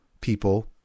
people